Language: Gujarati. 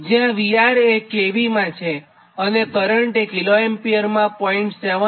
જ્યાં VR એ kV અને કરંટ kA માં 0